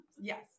Yes